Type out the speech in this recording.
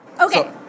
okay